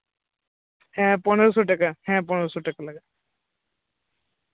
ᱦᱮᱸ ᱯᱚᱱᱮᱨᱳ ᱥᱚ ᱴᱟᱠᱟ ᱦᱮᱸ ᱯᱚᱱᱮᱨᱳ ᱥᱚ ᱴᱟᱠᱟ ᱞᱟᱜᱟᱜᱼᱟ